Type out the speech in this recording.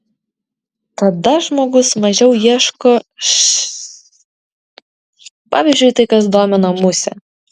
tada žmogus mažiau ieško š pavyzdžiui tai kas domina musę